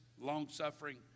long-suffering